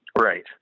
Right